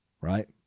right